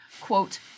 Quote